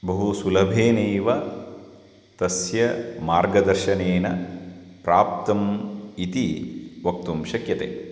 बहु सुलभेनैव तस्य मार्गदर्शनेन प्राप्तम् इति वक्तुं शक्यते